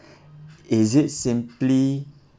is it simply